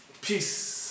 Peace